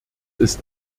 ist